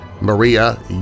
Maria